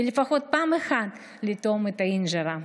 ולפחות פעם אחת לטעום את האנג'רה.